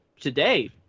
today